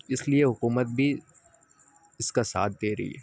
اس لیے حکومت بھی اس کا ساتھ دے رہی ہے